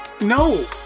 No